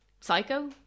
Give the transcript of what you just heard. Psycho